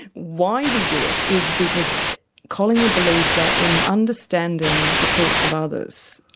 why we do it, is because collingwood believes that in understanding the thoughts of others,